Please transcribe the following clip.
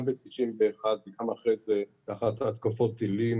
גם ב-1991 וגם אחרי זה באחת מהתקפות הטילים,